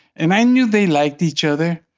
and i knew they liked each other,